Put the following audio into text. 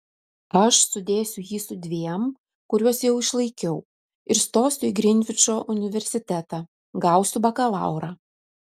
aš sudėsiu jį su dviem kuriuos jau išlaikiau ir stosiu į grinvičo universitetą gausiu bakalaurą